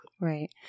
Right